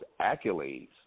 accolades